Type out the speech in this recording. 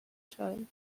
child